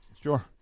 Sure